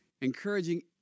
encouraging